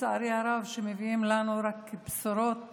לצערי הרב, שמביאות לנו רק בשורות